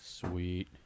Sweet